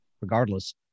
regardless